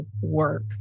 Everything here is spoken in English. work